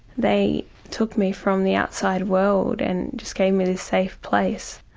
they took me from the outside world and just gave me this safe place.